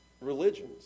religions